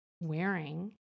wearing